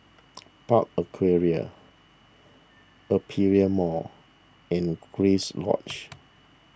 Park Aquaria Aperia Mall and Grace Lodge